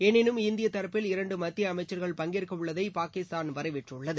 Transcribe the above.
எனினும் இந்திய தரப்பில் இரண்டு மத்திய அமைச்சர்கள் பங்கேற்கவுள்ளதை பாகிஸ்தான் வரவேற்றுள்ளது